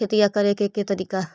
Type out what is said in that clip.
खेतिया करेके के तारिका?